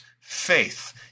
faith